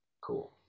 cool